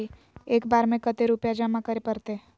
एक बार में कते रुपया जमा करे परते?